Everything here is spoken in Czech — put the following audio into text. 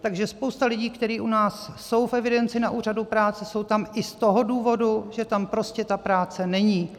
Takže spousta lidí, kteří jsou u nás v evidenci na úřadu práce, jsou tam i z toho důvodu, že tam prostě ta práce není.